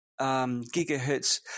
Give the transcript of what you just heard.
gigahertz